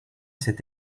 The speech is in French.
cet